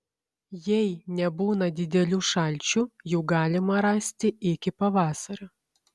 jei nebūna didelių šalčių jų galima rasti iki pavasario